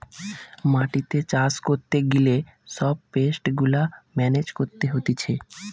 মাটিতে চাষ করতে গিলে সব পেস্ট গুলা মেনেজ করতে হতিছে